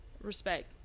respect